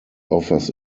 offers